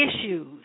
issues